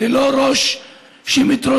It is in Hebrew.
ללא ראש שמתרוצצות,